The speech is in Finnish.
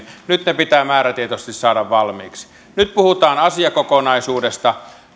nyt ne pitää määrätietoisesti saada valmiiksi ja nyt sitten puhutaan asiakokonaisuudesta